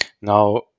Now